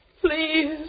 Please